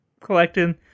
collecting